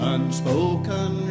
Unspoken